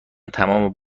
تمام